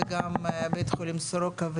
בית החולים סורוקה,